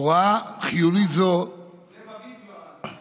הוראה חיוניות זו, זה בווידיאו.